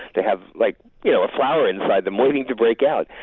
they have like you know a flower inside them waiting to break out.